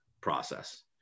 process